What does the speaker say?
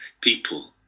people